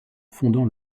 fondant